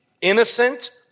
innocent